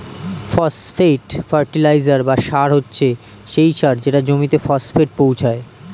phosphate fertiliser বা সার হচ্ছে সেই সার যেটা জমিতে ফসফেট পৌঁছায়